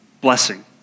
blessing